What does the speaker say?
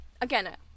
again